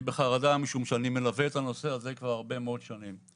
אני בחרדה משום שאני מלווה את הנושא הזה כבר הרבה מאוד שנים.